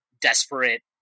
desperate